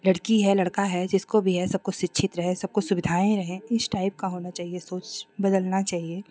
लड़की है लड़का है जिसको भी है सबको शिक्षित रहे सबको सुविधाएँ रहे इस टाइप का होना चाहिए सोच बदलना चाहिए